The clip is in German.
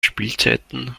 spielzeiten